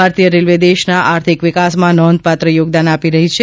ભારતીય રેલવે દેશના આર્થિક વિકાસમાં નોંધપાત્ર યોગદાન આપી રહી છે